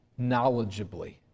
knowledgeably